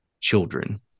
children